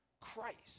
Christ